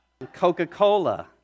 Coca-Cola